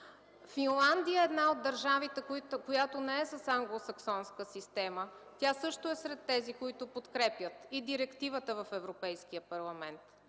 Финландия е една от държавите, която не е с англо-саксонска система. Тя също е сред тези, които подкрепят и директивата в Европейския парламент.